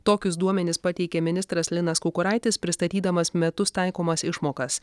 tokius duomenis pateikia ministras linas kukuraitis pristatydamas metus taikomas išmokas